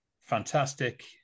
fantastic